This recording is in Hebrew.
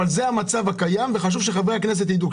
זה המצב הקיים וחשוב שחברי הכנסת יידעו,